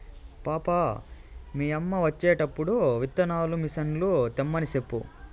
పాపా, మీ యమ్మ వచ్చేటప్పుడు విత్తనాల మిసన్లు తెమ్మని సెప్పు